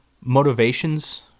motivation's